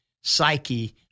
psyche